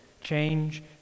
change